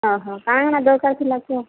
ହଁ ହଁ କାଣା କାଣା ଦରକାର ଥିଲା କୁହ